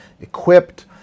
equipped